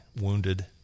wounded